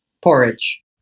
porridge